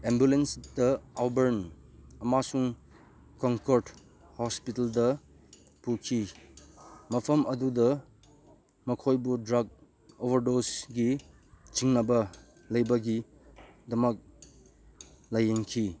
ꯑꯦꯝꯕꯨꯂꯦꯟꯁꯇ ꯑꯃꯁꯨꯡ ꯀꯪꯀꯔꯠ ꯍꯣꯁꯄꯤꯇꯜꯗ ꯄꯨꯈꯤ ꯃꯐꯝ ꯑꯗꯨꯗ ꯃꯈꯣꯏꯕꯨ ꯗ꯭ꯔꯛ ꯑꯣꯕꯔ ꯗꯣꯁꯀꯤ ꯆꯤꯡꯅꯕ ꯂꯩꯕꯒꯤꯗꯃꯛ ꯂꯥꯏꯌꯦꯡꯈꯤ